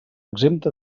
exempta